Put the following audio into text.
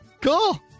Cool